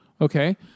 Okay